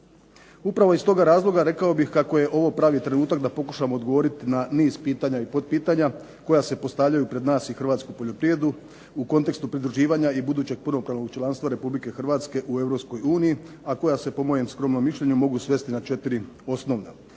Upravo iz tog razloga rekao bih kako je ovo pravi trenutak da pokušamo odgovoriti na niz pitanja i potpitanja koja se postavljaju pred nas i Hrvatsku poljoprivredu u kontekstu pridruživanja i budućeg punopravnog članstva Republike Hrvatske Europskoj uniji, a koja se po mojem skromnom mišljenju mogu svesti na četiri osnovna.